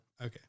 Okay